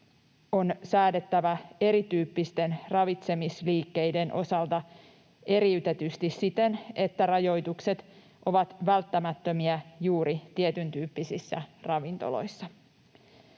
on säädettävä erityyppisten ravitsemisliikkeiden osalta eriytetysti siten, että rajoitukset ovat välttämättömiä juuri tietyntyyppisissä ravintoloissa.